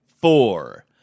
four